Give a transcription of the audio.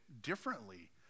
differently